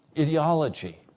ideology